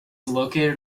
located